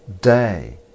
day